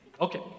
okay